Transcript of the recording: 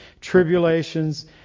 tribulations